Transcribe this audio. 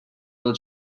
byl